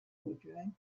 wardrobe